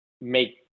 make